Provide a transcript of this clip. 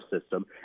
system